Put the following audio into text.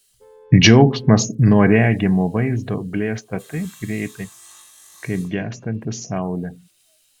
džiaugsmas nuo regimo vaizdo blėsta taip greitai kaip gęstanti saulė